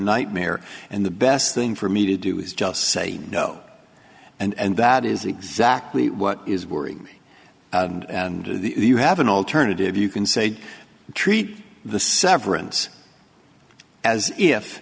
nightmare and the best thing for me to do is just say no and that is exactly what is worrying me and you have an alternative you can say treat the severance as if